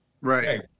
Right